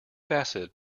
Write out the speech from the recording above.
bassett